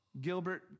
gilbert